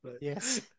Yes